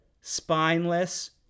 spineless